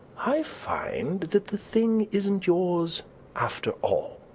i find that the thing isn't yours after all.